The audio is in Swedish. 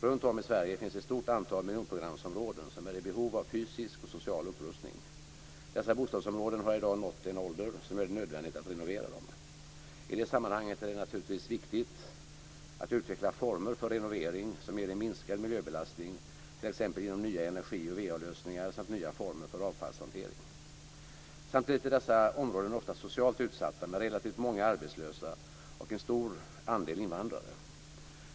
Runtom i Sverige finns ett stort antal miljonprogramsområden som är i behov av fysisk och social upprustning. Dessa bostadsområden har i dag nått en ålder som gör det nödvändigt att renovera dem. I det sammanhanget är det naturligtvis viktigt att utveckla former för renovering som ger en minskad miljöbelastning, t.ex. genom nya energi och VA lösningar samt nya former för avfallshantering. Samtidigt är dessa områden ofta socialt utsatta, med relativt många arbetslösa och en stor andel invandrare.